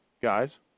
guys